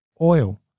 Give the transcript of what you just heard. Oil